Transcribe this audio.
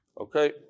Okay